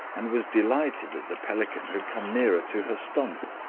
and was delighted that the pelican had come nearer to her stump,